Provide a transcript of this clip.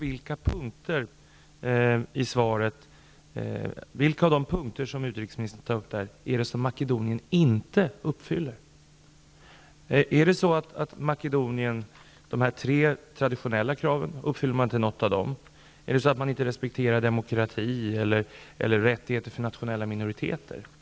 Vilken av de punkter som utrikesministern tar upp i svaret är det som Makedonien inte uppfyller? Uppfyller man inte de tre traditionella kraven? Respekterar man inte demokrati eller rättigheter för nationella minoriteter?